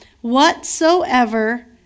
whatsoever